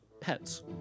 pets